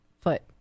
foot